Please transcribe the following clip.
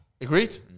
agreed